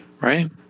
right